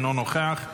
אינו נוכח,